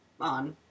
On